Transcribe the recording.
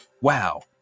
Wow